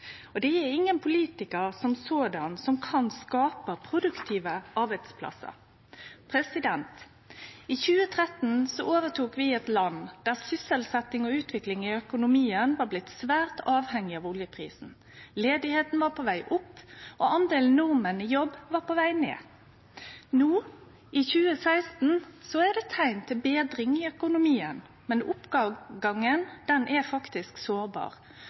arbeidsplassar. Det er ingen politikar i seg sjølv som kan skape produktive arbeidsplassar. I 2013 overtok vi eit land der sysselsetjing og utvikling i økonomien var blitt svært avhengig av oljeprisen. Arbeidsløysa var på veg opp, og delen av nordmenn i jobb var på veg ned. No, i 2016, er det teikn til betring i økonomien, men oppgangen er faktisk sårbar.